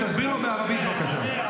תסביר לו בערבית בבקשה.